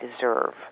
deserve